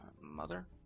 Mother